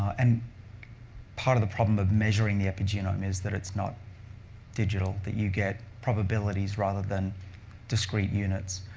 and part of the problem of measuring the epigenome is that it's not digital, that you get probabilities rather than discrete units.